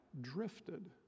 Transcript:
drifted